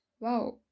Wow